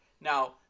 Now